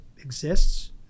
exists